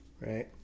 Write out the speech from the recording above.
Right